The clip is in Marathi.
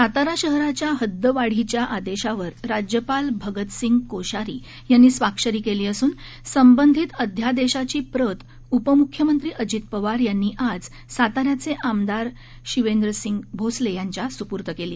सातारा शहराच्या हद्दवाढीच्या आदेशावर राज्यपाल भगतसिंह कोश्यारी यांनी स्वाक्षरी केली असून संबंधित अध्यादेशाची प्रत उपमुख्यमंत्री अजित पवार यांनी आज सातार्याचे आमदार श्शिवेंद्रसिंह भोसले यांच्या सुपूर्त केली